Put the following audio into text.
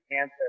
answer